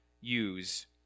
use